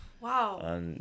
Wow